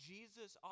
Jesus